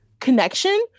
connection